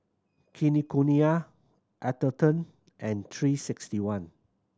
Kinokuniya Atherton and three sixty one